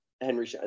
Henry